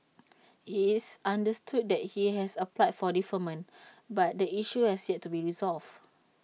IT is understood that he has applied for deferment but the issue has yet to be resolved